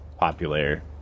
popular